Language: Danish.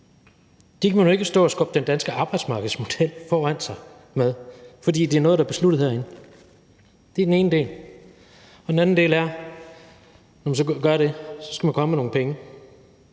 Der kan man jo ikke stå og skubbe den danske arbejdsmarkedsmodel foran sig, for der er tale om noget, som er besluttet herinde. Det er den ene del. Og den anden del er, at når man så gør det, så skal man komme med nogle penge,